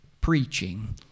preaching